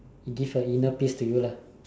it give a inner peace to you lah